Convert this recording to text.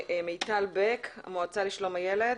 מיטל בק, המועצה לשלום הילד.